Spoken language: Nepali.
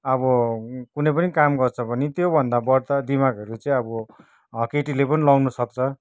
अब कुनै पनि काम गर्छ भने त्यो भन्दा बढ्ता दिमागहरू चाहिँ अब केटीले पनि लाउनु सक्छ